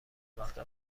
متوقف